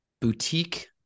boutique